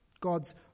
God's